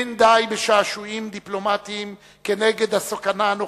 לא די ב"שעשועים דיפלומטיים" כנגד הסכנה הנוכחית,